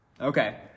okay